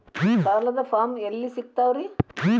ಸಾಲದ ಫಾರಂ ಎಲ್ಲಿ ಸಿಕ್ತಾವ್ರಿ?